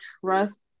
trust